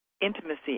intimacy